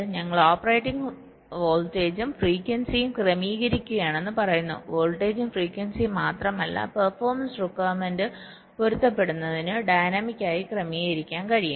ഞങ്ങൾ ഓപ്പറേറ്റിംഗ് വോൾട്ടേജും ഫ്രീക്വൻസിയും ക്രമീകരിക്കുകയാണെന്ന് പറയുന്നു വോൾട്ടേജും ഫ്രീക്വൻസിയും മാത്രമല്ല പെർഫോമൻസ് റിക്യുർമെന്റ് പൊരുത്തപ്പെടുന്നതിന് ഡൈനാമിക് ആയി ക്രമീകരിക്കാൻ കഴിയും